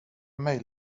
mig